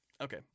Okay